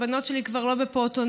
הבנות שלי כבר לא בפעוטונים.